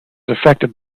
affected